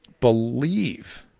believe